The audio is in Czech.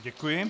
Děkuji.